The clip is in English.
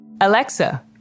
Alexa